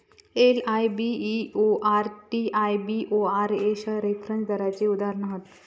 LIBOR, TIBOR अश्ये reference दराची उदाहरणा हत